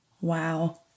Wow